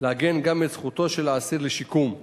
לעגן גם את זכותו של האסיר לשיקום.